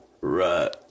Right